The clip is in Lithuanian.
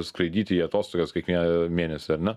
skraidyt į atostogas kiekvie mėnesį ar ne